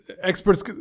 experts